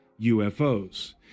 UFOs